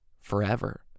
forever